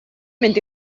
mynd